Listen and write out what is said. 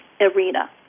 arena